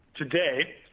Today